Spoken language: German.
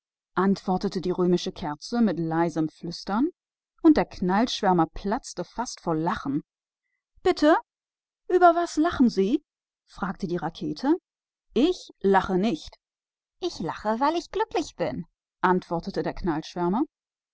antwortete die römische kerze im flüsterton und der schwärmer wollte platzen vor lachen bitte worüber lachen sie denn forschte die rakete ich lache doch nicht ich lache weil ich glücklich bin sagte der schwärmer